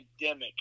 pandemic